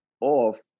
off